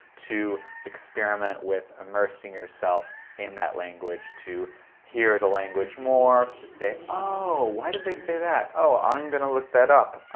experiment with immersing yourself in that language to hear the language more, to say oh, why did they say that? oh, i'm gonna look that up. oh,